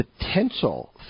Potential